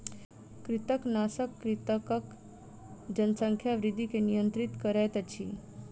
कृंतकनाशक कृंतकक जनसंख्या वृद्धि के नियंत्रित करैत अछि